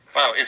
Wow